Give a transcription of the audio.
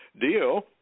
deal